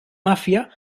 mafia